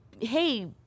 hey